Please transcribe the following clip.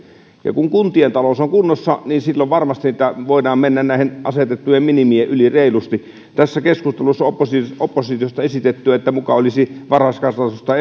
ja kun kuntien talous on kunnossa silloin varmasti voidaan mennä asetettujen minimien yli reilusti tässä keskustelussa oppositiosta on esitetty että muka olisi varhaiskasvatusta